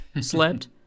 slept